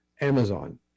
Amazon